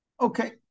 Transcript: Okay